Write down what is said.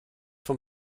vom